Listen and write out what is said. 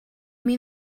mean